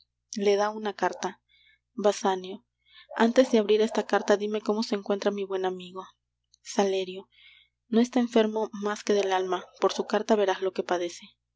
le da una carta basanio antes de abrir esta carta dime cómo se encuentra mi buen amigo salerio no está enfermo más que del alma por su carta verás lo que padece